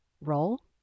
roll